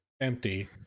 empty